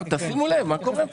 תשימו לב מה קורה פה.